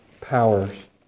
powers